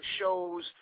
shows